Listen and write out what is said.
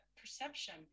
perception